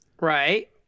Right